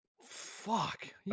fuck